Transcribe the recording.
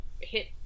hit